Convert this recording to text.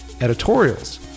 editorials